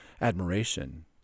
admiration